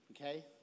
Okay